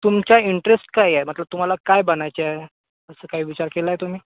तुमचा इंटरेस्ट काय आहे मतलब तुम्हाला काय बनायचं आहे असा काही विचार केला आहे तुम्ही